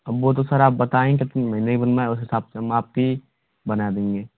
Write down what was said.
अब वो तो सर आप बताएं कितने महीने की बनना है उस हिसाब से हम आपकी बना देंगे